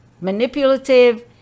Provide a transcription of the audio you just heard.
manipulative